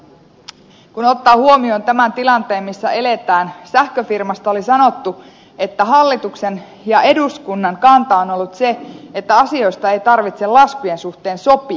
kun ottaa huomioon tämän tilanteen missä eletään sähköfirmasta oli sanottu että hallituksen ja eduskunnan kanta on ollut se että asioista ei tarvitse laskujen suhteen sopia